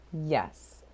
Yes